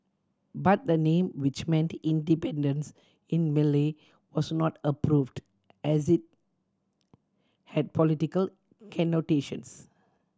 but the name which meant independence in Malay was not approved as it had political connotations